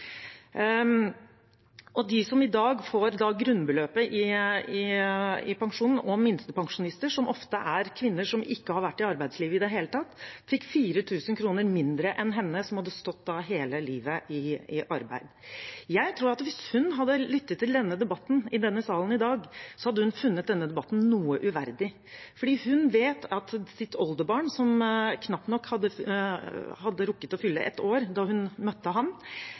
De som i dag får grunnbeløpet i pensjon, og minstepensjonister, som ofte er kvinner som ikke har vært i arbeidslivet i det hele tatt, fikk 4 000 kr mindre enn henne, som hadde stått i arbeid hele livet. Jeg tror at hvis hun hadde lyttet til denne debatten i salen i dag, hadde hun funnet den noe uverdig, for hun vet at oldebarnet hennes, som knapt nok hadde rukket å fylle ett år da hun møtte ham,